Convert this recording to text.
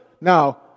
now